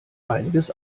einiges